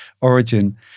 origin